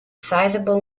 sizable